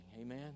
Amen